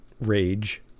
rage